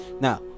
now